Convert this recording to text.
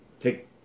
take